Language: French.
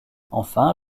enfin